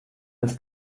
ist